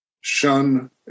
Shun